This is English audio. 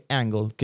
angle